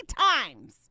times